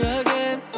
again